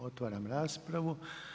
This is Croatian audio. Otvaram raspravu.